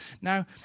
Now